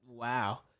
Wow